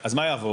-- אז מה יעבור?